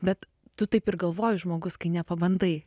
bet tu taip ir galvoji žmogus kai nepabandai